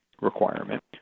requirement